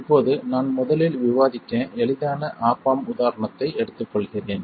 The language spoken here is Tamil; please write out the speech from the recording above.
இப்போது நான் முதலில் விவாதிக்க எளிதான ஆப் ஆம்ப் உதாரணத்தை எடுத்துக்கொள்கிறேன்